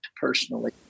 personally